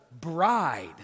bride